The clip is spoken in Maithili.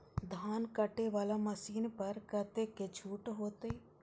धान कटे वाला मशीन पर कतेक छूट होते?